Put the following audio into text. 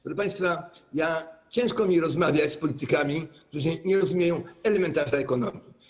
Proszę państwa, ciężko mi rozmawiać z politykami, którzy nie rozumieją elementarza ekonomii.